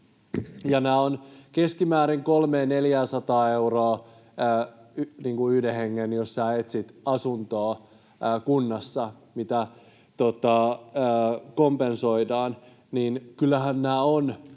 Nämä ovat keskimäärin 300—400 euroa yhdelle hengelle, jos etsit asuntoa, mitä kunnassa kompensoidaan.